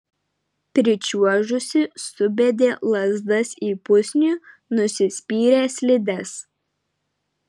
pričiuožusi subedė lazdas į pusnį nusispyrė slides